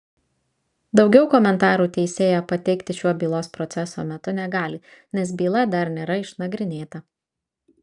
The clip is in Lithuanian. daugiau komentarų teisėja pateikti šiuo bylos proceso metu negali nes byla dar nėra išnagrinėta